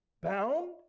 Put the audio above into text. bound